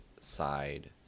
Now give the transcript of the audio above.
side